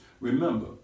Remember